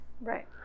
Right